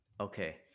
Okay